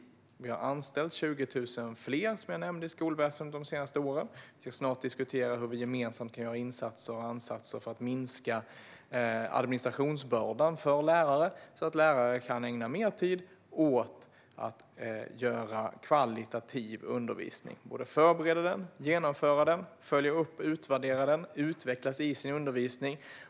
Som jag nämnde har vi anställt 20 000 fler inom skolväsendet de senaste åren. Vi ska snart diskutera hur vi gemensamt kan göra insatser och ansatser för att minska administrationsbördan för lärare så att lärare kan ägna mer tid åt att göra undervisningen högkvalitativ. Med detta avses att förbereda den och att genomföra den, att följa upp och utvärdera den samt att läraren utvecklas i sin undervisning.